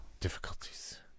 Difficulties